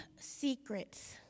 secrets